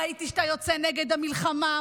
ראיתי שאתה יוצא נגד המלחמה,